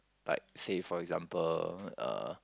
like say for example uh